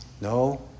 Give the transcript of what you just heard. no